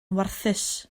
warthus